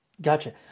gotcha